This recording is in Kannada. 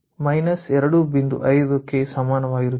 5 ಕ್ಕೆ ಸಮಾನವಾಗಿರುತ್ತದೆ